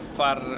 far